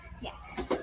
Yes